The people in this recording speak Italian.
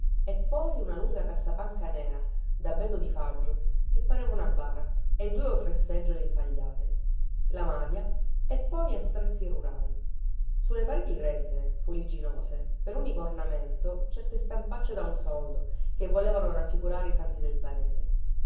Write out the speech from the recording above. e poi una lunga cassapanca nera dabete o di faggio che pareva una bara e due o tre seggiole impagliate la madia e poi attrezzi rurali su le pareti grezze fuligginose per unico ornamento certe stampacce da un soldo che volevano raffigurare i santi del paese